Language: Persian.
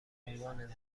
عنوان